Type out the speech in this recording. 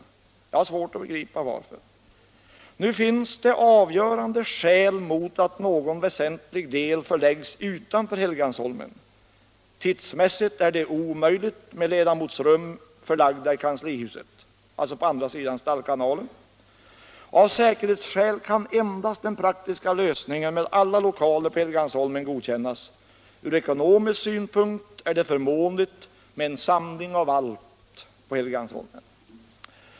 Jag har svårt att begripa varför. Nu finns det avgörande skäl mot att någon väsentlig del förlägges utanför Helgeandsholmen. Tidsmässigt är det omöjligt med ledamotsrum förlagda till kanslihuset — alltså på andra sidan Stallkanalen. Av säkerhetsskäl kan endast den praktiska lösningen med alla lokaler på Helgeandsholmen godkännas. Från ekonomisk synpunkt är det förmånligt med en samling av allt på Helgeandsholmen.